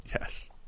Yes